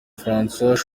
françois